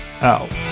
out